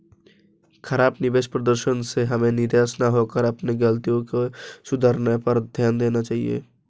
खराब निवेश प्रदर्शन से हमें निराश न होकर अपनी गलतियों को सुधारने पर ध्यान देना चाहिए